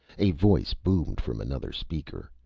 a voice boomed from another speaker,